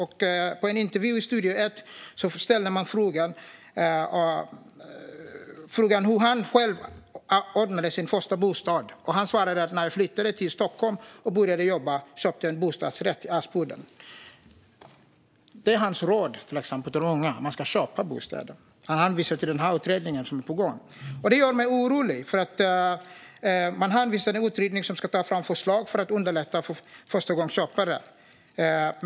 I en intervju i Studio E tt ställde man frågan hur han själv ordnade sin första bostad. Han svarade: När jag flyttade till Stockholm och började jobba köpte jag en bostadsrätt i Aspudden. Det är hans råd, till exempel till de unga: Man ska köpa bostäder. Han hänvisar till den utredning som är på gång. Det gör mig orolig. Man hänvisar till en utredning som ska ta fram förslag för att underlätta för förstagångsköpare.